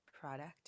product